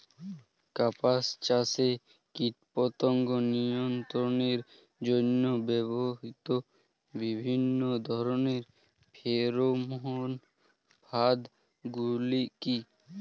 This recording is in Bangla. কাপাস চাষে কীটপতঙ্গ নিয়ন্ত্রণের জন্য ব্যবহৃত বিভিন্ন ধরণের ফেরোমোন ফাঁদ গুলি কী?